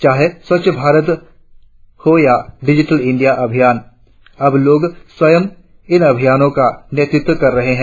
चाहे स्वच्छ भारत मिशन हो या डिजिटल इंडिया अभियान अब लोग स्वयं इन अभियानों का नेतृत्व कर रहे हैं